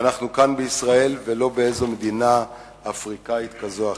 אנחנו כאן בישראל ולא באיזו מדינה אפריקנית כזאת או אחרת.